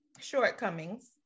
shortcomings